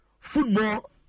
Football